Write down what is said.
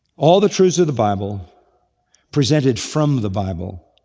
all the truths of the bible presented from the bible